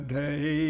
day